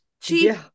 cheap